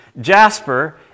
Jasper